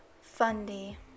Fundy